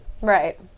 Right